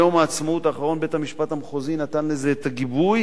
ביום העצמאות האחרון בית-המשפט המחוזי נתן לזה את הגיבוי